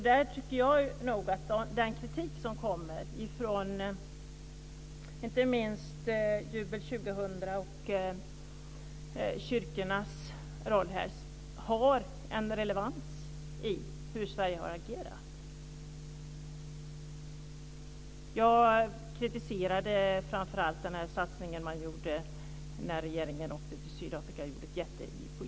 Där tycker jag nog att den kritik som kommer från inte minst Jubel 2000, det gäller alltså kyrkornas roll här, har en relevans när det gäller hur Sverige har agerat. Jag kritiserade framför allt den satsning som man gjorde när regeringen åkte till Sydafrika och gjorde ett jättejippo.